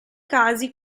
casi